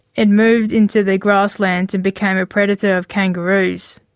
it moved into the grasslands and became a predator of kangaroos.